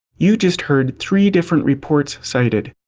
you just heard three different reports cited.